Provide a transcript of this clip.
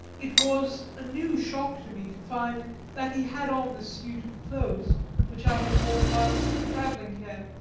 it was a new shock to me to find that he had on the suit of clothes which i had worn whilst travelling here,